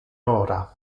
ora